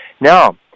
Now